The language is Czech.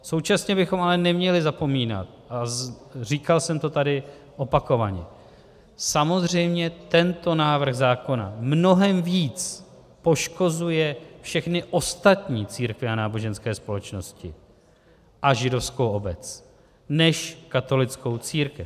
Současně bychom ale neměli zapomínat, a říkal jsem to tady opakovaně, samozřejmě tento návrh zákona mnohem víc poškozuje všechny ostatní církve a náboženské společnosti a židovskou obec než katolickou církev.